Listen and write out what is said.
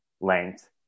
length